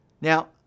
Now